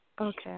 Okay